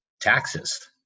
Taxes